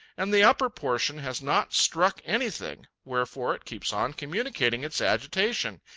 and the upper portion has not struck anything, wherefore it keeps on communicating its agitation,